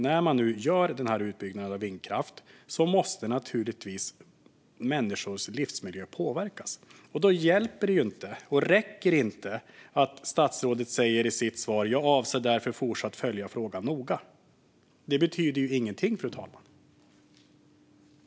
När man nu gör denna utbyggnad av vindkraft påverkas naturligtvis människors livsmiljö. Då hjälper det inte och räcker det inte att statsrådet säger i sitt svar: "Jag avser därför att fortsatt följa frågan noga." Det betyder ingenting, fru talman.